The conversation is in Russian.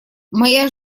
моя